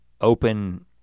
open